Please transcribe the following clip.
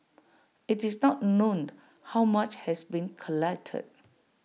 IT is not known how much has been collected